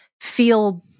feel